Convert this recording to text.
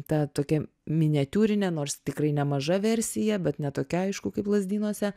ta tokia miniatiūrinė nors tikrai nemaža versija bet ne tokia aišku kaip lazdynuose